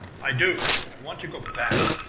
i do! i want to go back!